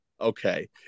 Okay